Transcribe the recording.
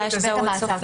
"בית המעצר".